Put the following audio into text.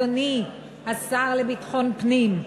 אדוני השר לביטחון פנים.